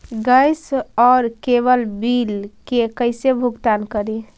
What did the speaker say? Gas और cable bill के कैसे भुगतान करी?